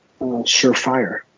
surefire